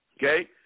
Okay